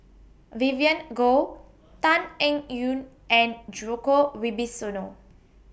Vivien Goh Tan Eng Yoon and Djoko Wibisono